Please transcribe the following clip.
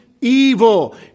evil